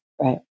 Right